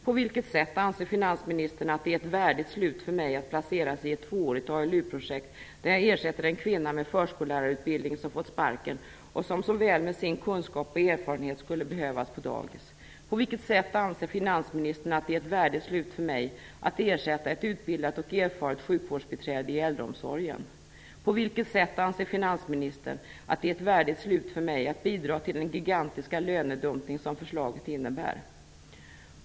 På vilket sätt anser finansministern att det är ett värdigt slut för mig att placeras i ett tvåårigt ALU projekt, där jag ersätter en kvinna med förskollärarutbildning som fått sparken och som med sin kunskap och erfarenhet så väl skulle behövas på dagis? På vilket sätt anser finansministern att det är ett värdigt slut för mig att ersätta ett utbildat och erfaret sjukvårdsbiträde i äldreomsorgen? På vilket sätt anser finansministern att det är ett värdigt slut för mig att bidra till den gigantiska lönedumpning som förslaget innebär?